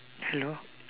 hello